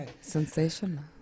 sensational